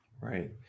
Right